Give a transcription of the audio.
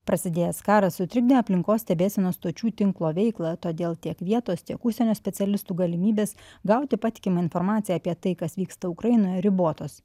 prasidėjęs karas sutrikdė aplinkos stebėsenos stočių tinklo veiklą todėl tiek vietos tiek užsienio specialistų galimybes gauti patikimą informaciją apie tai kas vyksta ukrainoje ribotos